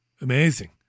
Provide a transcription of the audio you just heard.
Amazing